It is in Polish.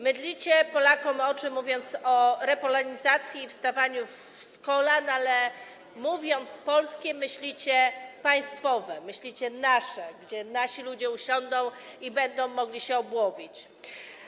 Mydlicie Polakom oczy, mówiąc o repolonizacji i wstawaniu z kolan, ale mówiąc „polskie”, myślicie „państwowe”, myślicie „nasze, gdzie nasi ludzie usiądą i będą mogli się obłowić”